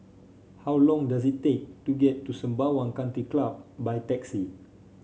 how long does it take to get to Sembawang Country Club by taxi